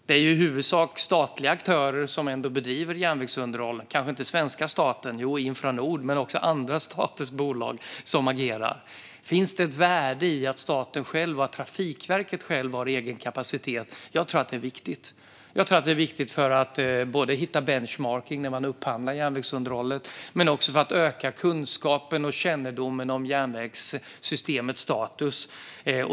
Det är i huvudsak statliga aktörer som bedriver järnvägsunderhåll. Det kanske inte är svenska statens bolag - jo, Infranord - men det är andra staters bolag som agerar. Finns det ett värde i att staten själv och Trafikverket själv har egen kapacitet? Jag tror att det är viktigt, både för att hitta benchmarking när man upphandlar järnvägsunderhållet och för att öka kunskapen och kännedomen om järnvägssystemets status.